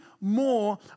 more